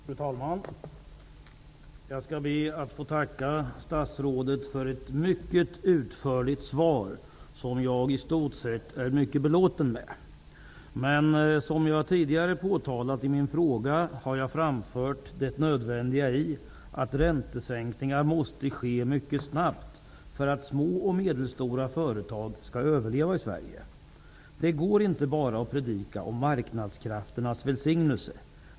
Fru talman! Jag ber att få tacka statsrådet för ett mycket utförligt svar. Jag är i stort sett mycket belåten med det. I min fråga har jag framfört det nödvändiga i att räntesänkningar sker mycket snabbt för att små och medelstora företag skall överleva i Sverige. Det går inte att bara predika om marknadskrafternas välsignelse.